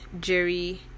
Jerry